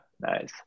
nice